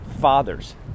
fathers